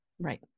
right